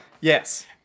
Yes